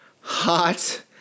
hot